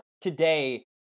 today